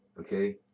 okay